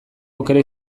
aukera